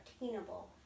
attainable